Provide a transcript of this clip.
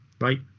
Right